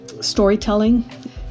storytelling